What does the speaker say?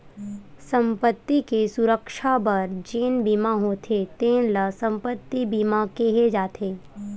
संपत्ति के सुरक्छा बर जेन बीमा होथे तेन ल संपत्ति बीमा केहे जाथे